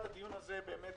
אחת, הדיון הזה באמת